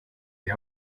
die